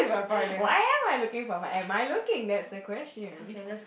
why am I looking for am I looking that's the question